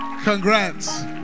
Congrats